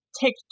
take